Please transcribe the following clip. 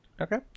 Okay